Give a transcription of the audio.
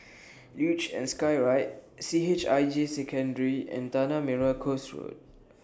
Luge and Skyride C H I J Secondary and Tanah Merah Coast Road